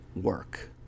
work